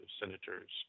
Senators